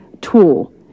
tool